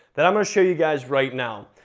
that i'm gonna show you guys right now,